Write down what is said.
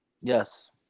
Yes